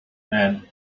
men